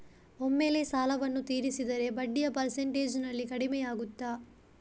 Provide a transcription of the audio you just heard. ಒಮ್ಮೆಲೇ ಸಾಲವನ್ನು ತೀರಿಸಿದರೆ ಬಡ್ಡಿಯ ಪರ್ಸೆಂಟೇಜ್ನಲ್ಲಿ ಕಡಿಮೆಯಾಗುತ್ತಾ?